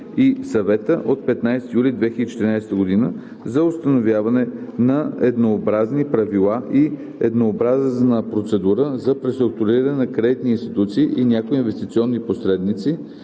и Съвета от 15 юли 2014 г. за установяване на еднообразни правила и еднообразна процедура за преструктуриране на кредитни институции и някои инвестиционни посредници